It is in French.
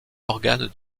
organe